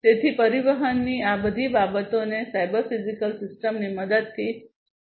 તેથી પરિવહનની આ બધી બાબતોને સાયબર ફિઝિકલ સિસ્ટમ્સની મદદથી સંબોધિત કરી શકાય છે